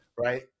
right